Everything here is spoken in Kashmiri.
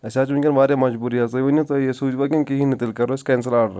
اسہِ حظ چھِ وُنکٮ۪ن واریاہ مجبوری حظ تُہۍ ؤنِو تُہۍ سوزِوا کِنہ کِہیٖنۍ نہٕ تیٚلہ کرو ٲسی کینسل آرڈر